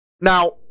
Now